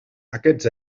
aquests